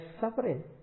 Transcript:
suffering